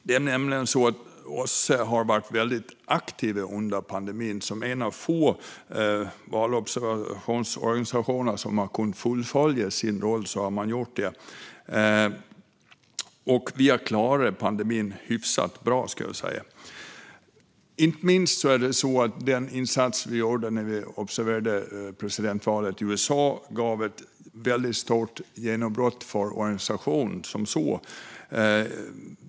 Det är nämligen så att OSSE har varit väldigt aktiv under pandemin som en av få valobservationsorganisationer som kunnat fullfölja sin roll. Vi har klarat pandemin hyfsat väl, kan jag säga. Inte minst den insats vi gjorde när vi observerade presidentvalet i USA gav ett stort genombrott för organisationen som sådan.